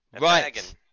Right